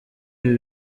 ibi